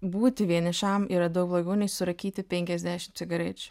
būti vienišam yra daug blogiau nei surūkyti penkiasdešim cigarečių